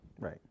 Right